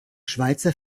schweizer